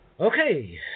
Okay